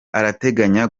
arateganya